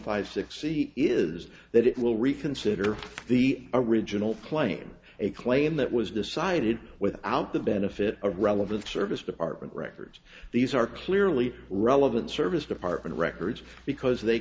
five six c is that it will reconsider the original claim a claim that was decided without the benefit of relevant service department records these are clearly relevant service department records because they